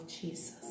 Jesus